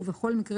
ובכל מקרה